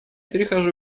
перехожу